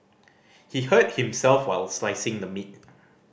he hurt himself while slicing the meat